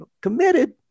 Committed